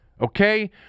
Okay